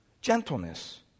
Gentleness